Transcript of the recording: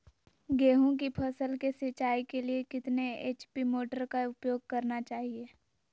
गेंहू की फसल के सिंचाई के लिए कितने एच.पी मोटर का उपयोग करना चाहिए?